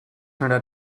turned